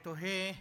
אני תוהה,